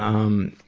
um,